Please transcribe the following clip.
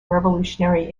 revolutionary